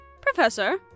Professor